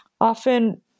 often